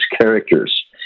characters